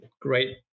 great